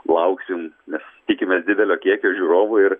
lauksim nes tikimės didelio kiekio žiūrovų ir